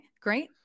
great